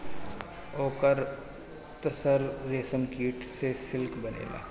ओकर तसर रेशमकीट से सिल्क बनेला